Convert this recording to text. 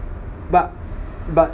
but but